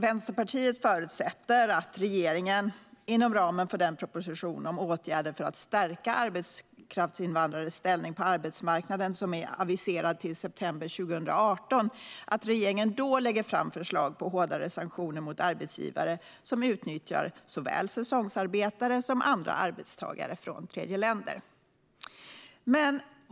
Vänsterpartiet förutsätter att regeringen inom ramen för den proposition om åtgärder för att stärka arbetskraftsinvandrares ställning på arbetsmarknaden som är aviserad till september 2018 lägger fram förslag på hårdare sanktioner mot arbetsgivare som utnyttjar såväl säsongsarbetare som andra arbetstagare från tredjeländer.